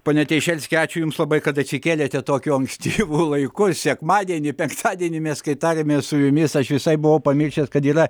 pone teišerski ačiū jums labai kad atsikėlėte tokiu ankstyvu laiku sekmadienį penktadienį mes kai tarėmės su jumis aš visai buvau pamiršęs kad yra